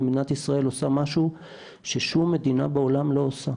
ומדינת ישראל עושה משהו ששום מדינה בעולם לא עושה.